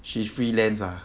she's freelance ah